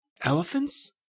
Elephants